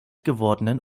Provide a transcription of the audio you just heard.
gewordenen